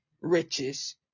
riches